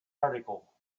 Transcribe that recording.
article